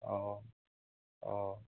অঁ অঁ